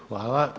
Hvala.